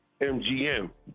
MGM